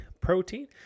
protein